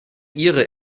ihre